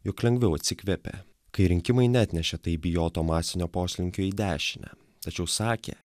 jog lengviau atsikvėpė kai rinkimai neatnešė taip bijoto masinio poslinkio į dešinę tačiau sakė